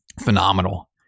Phenomenal